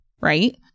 right